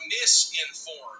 misinformed